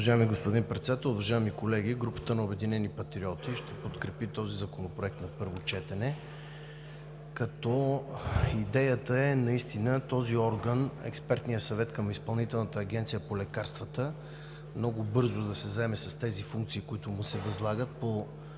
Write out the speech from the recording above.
Уважаеми господин Председател, уважаеми колеги! Групата на „Обединени патриоти“ ще подкрепи този законопроект на първо четене, като идеята е наистина този орган – Експертният съвет към Изпълнителната агенция по лекарствата, много бързо да се заеме с тези функции, които му се възлагат по